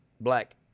black